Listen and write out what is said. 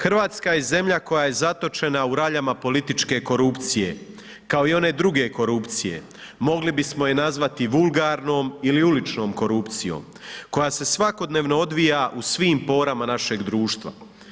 Hrvatska je zemlja koja je zatočena u raljama političke korupcije kao i one druge korupcije, mogli bismo je nazvati vulgarnom ili uličnom korupcijom koja se svakodnevno odvija u svim porama našeg društva.